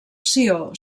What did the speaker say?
sió